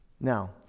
Now